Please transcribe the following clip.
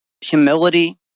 humility